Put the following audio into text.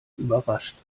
überrascht